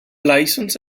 licence